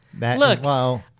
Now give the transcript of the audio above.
Look